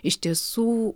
iš tiesų